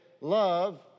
love